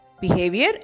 behavior